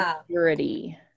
security